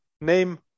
name